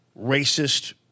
racist